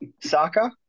Saka